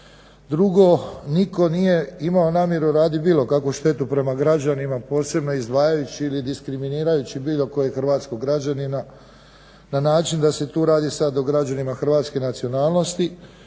Drugo, nitko nije imao namjeru radit bilo kakvu štetu prema građanima, posebno izdvajajući ili diskriminirajući billo kojeg hrvatskog građanina na način da se tu radi sad o građanima hrvatske nacionalnosti